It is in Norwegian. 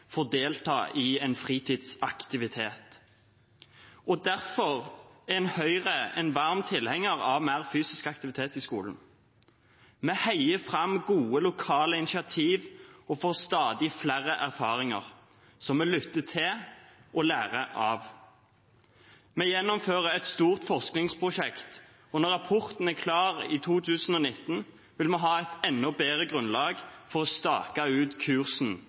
får delta i en fritidsaktivitet. Derfor er Høyre en varm tilhenger av mer fysisk aktivitet i skolen. Vi heier fram gode lokale initiativ og får stadig flere erfaringer som vi lytter til og lærer av. Vi gjennomfører et stort forskningsprosjekt, og når rapporten er klar i 2019, vil vi ha et enda bedre grunnlag for å stake ut kursen